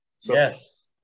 Yes